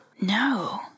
No